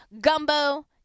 gumbo